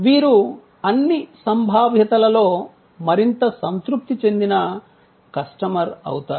వీరు అన్ని సంభావ్యతలలో మరింత సంతృప్తి చెందిన కస్టమర్ అవుతారు